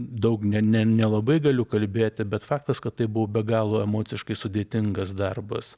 daug ne ne nelabai galiu kalbėti bet faktas kad tai buvo be galo emociškai sudėtingas darbas